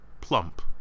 plump